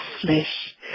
flesh